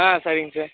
ஆ சரிங்க சார்